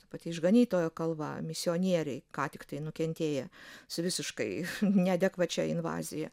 ta pati išganytojo kalva misionieriai ką tik nukentėję su visiškai neadekvačia invazija